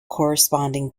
corresponding